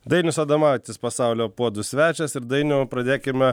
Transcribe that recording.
dainius adomaitis pasaulio puodų svečias ir dainiau pradėkime